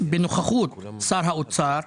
בנוכחות שר האוצר